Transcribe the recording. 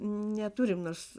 neturim aš